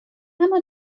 اما